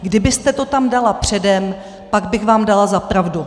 Kdybyste to tam dala předem, pak bych vám dala za pravdu.